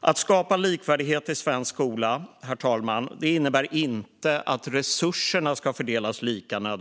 Att skapa likvärdighet i svensk skola, herr talman, innebär inte att resurserna nödvändigtvis ska fördelas lika.